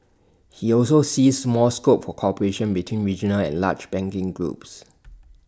he also sees more scope for cooperation between regional and large banking groups